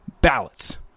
ballots